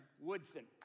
Woodson